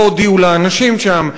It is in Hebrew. לא הודיעו לאנשים שם,